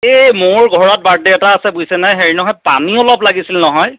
এই মোৰ ঘৰত বাৰ্থডে এটা আছে বুইছেনে হেৰি নহয় পানী অলপ লাগিছিল নহয়